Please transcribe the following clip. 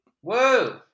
Whoa